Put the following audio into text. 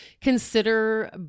consider